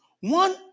one